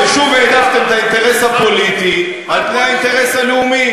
ושוב העדפתם את האינטרס הפוליטי על-פני האינטרס הלאומי.